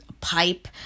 pipe